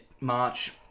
March